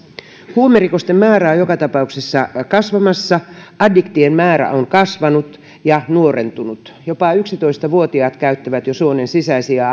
huumerikosten määrä on joka tapauksessa kasvamassa addiktien määrä on kasvanut ja he ovat nuorentuneet jo jopa yksitoista vuotiaat käyttävät suonensisäisiä